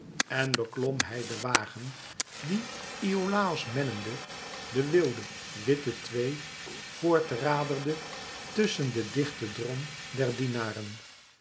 en beklom hij den wagen die iolàos mennende de wilde witte twee voort raderde tusschen den dichten drom der dienaren